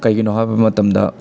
ꯀꯩꯒꯤꯅꯣ ꯍꯥꯏꯕ ꯃꯇꯝꯗ